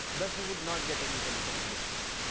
thus, we would not get any solution in this case,